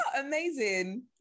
amazing